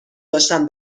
داشتم